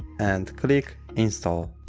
and click install